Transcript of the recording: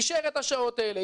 אישר את השעות האלה,